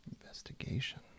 investigation